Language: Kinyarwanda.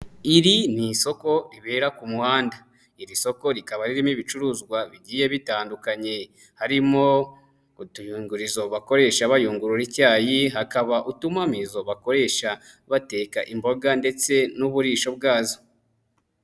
Iri ni isoko ribera ku muhanda, iri soko rikaba ririmo ibicuruzwa bigiye bitandukanye harimo utuyungurizo bakoresha bayungurura icyayi, hakaba utumamizo bakoresha bateka imboga ndetse n'uburisho bwazo.